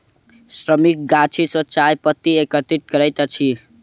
श्रमिक गाछी सॅ चाय पत्ती एकत्रित करैत अछि